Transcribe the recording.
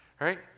right